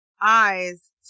eyes